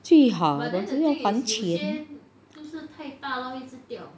最好可是要还钱